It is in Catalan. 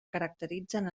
caracteritzen